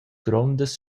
grondas